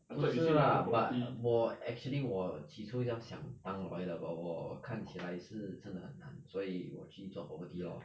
不是 lah but 我 actually 我起初要想当 lawyer 的 but 我看起来是真的很难所以我去做 property lor